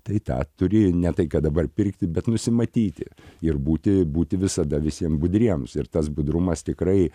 tai tą turi ne tai ką dabar pirkti bet nusimatyti ir būti būti visada visiem budriems ir tas budrumas tikrai